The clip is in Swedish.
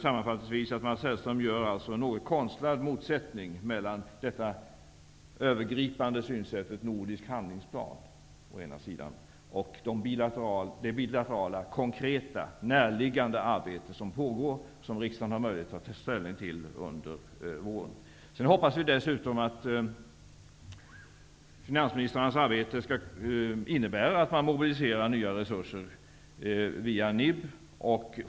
Sammanfattningsvis tycker jag att Mats Hellström gör en konstlad motsättning mellan det övergripande synsättet nordisk handlingsplan och det bilaterala konkreta närliggande arbete som pågår och som riksdagen får möjlighet att ta ställning till under våren. Vi hoppas dessutom att finansministrarnas arbete skall innebära att man mobiliserar nya resurser via NIB.